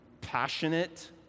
passionate